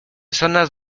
zonas